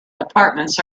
apartments